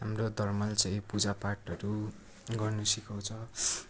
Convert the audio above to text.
हाम्रो धर्मले चाहिँ पूजा पाठहरू गर्नु सिकाउँछ